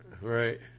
Right